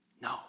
No